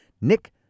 Nick